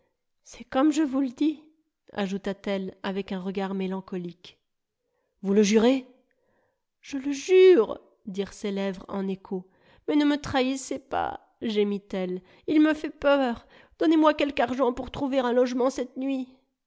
c'est comme je vous le dis ajouta-t-elle avec un regard mélancolique vous le jurez je le jure dirent ses lèvres en écho mais ne me trahissez pas gémit-elle il me fait peur donnez-moi quelque argent pour trouver un logement cette nuit